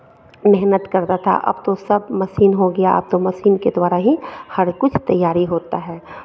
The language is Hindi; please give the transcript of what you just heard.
सब मेहनत करता था अब तो सब मशीन हो गया अब तो मशीन के द्वारा ही हर कुछ तैयारी होता है